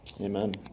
Amen